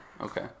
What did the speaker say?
Okay